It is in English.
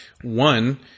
One